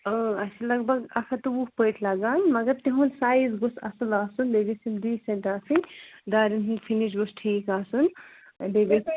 اَسہِ چھِ لگ بھگ اَکھ ہَتھ تہٕ وُہ پٔٹۍ لَگان مگر تِہُنٛد سایِز گوٚژھ اَصٕل آسُن بیٚیہِ گژھِ یِم ڈیٖس۪نٛٹ آسٕنۍ دارٮ۪ن ہٕنٛدۍ فِنِش گوٚژھ ٹھیٖک آسُن بیٚیہِ گَژھِ